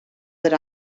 that